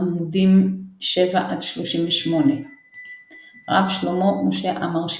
עמ' 7–38. הרב שלמה משה עמאר,